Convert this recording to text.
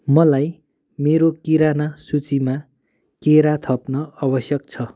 मलाई मेरो किराना सूचीमा केरा थप्न आवश्यक छ